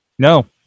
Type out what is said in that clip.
No